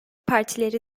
partileri